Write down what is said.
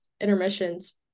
intermissions